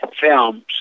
films